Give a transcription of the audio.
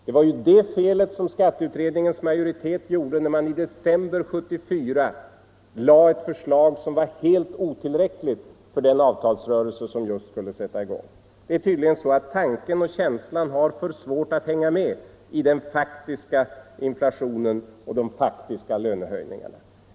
Det var ju det felet som skatteutredningens majoritet gjorde när den i december 1974 lade fram ett förslag som var helt otillräckligt för den avtalsrörelse som just skulle sätta i gång. Det är tydligen så att tanken och känslan har för svårt att hänga med när det gäller den faktiska takten i inflationen och i lönehöjningarna.